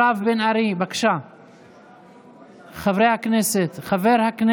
היום אני חוזרת מהוועדה, הוועדה המסדרת